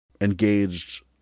engaged